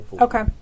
Okay